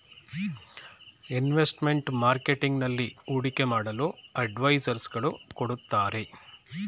investment marketing ನಲ್ಲಿ ಹೂಡಿಕೆ ಮಾಡಲು ಅಡ್ವೈಸರ್ಸ್ ಗಳು ಕೊಡುತ್ತಾರೆ